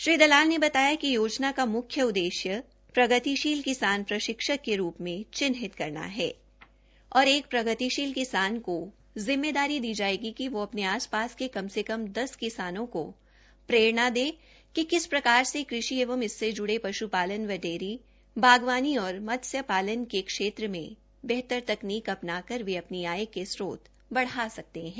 श्री दलाल ने बताया कि योजना के तहत मुख्य उद्देश्य प्रगतिशील किसान प्रशिक्षक के रूप में चिन्हित करना है और एक प्रगतिशील किसान की जिम्मेदारी दी जायेगी कि वो अपने आस पास क कम से कम दस किसानों को प्ररेणा दे कि किस प्रकार से कृषि एंव इससे जुड़े पशुपालन व डेयरी बागवानी और मत्स्य पालन के क्षेत्र में बेहतर तकनीक अपनाकर वे अपनी आय के स्त्रोत बढ़ा सकते है